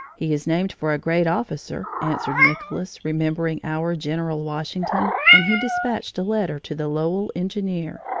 he is named for a great officer, answered nicolas, remembering our general washington, and he dispatched a letter to the lowell engineer.